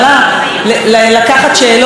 לקחת שאלות מהציבור.